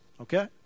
Okay